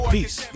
Peace